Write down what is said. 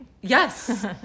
Yes